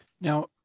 Now